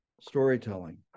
storytelling